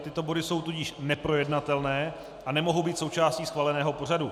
Tyto body jsou tudíž neprojednatelné a nemohou být součástí schváleného pořadu.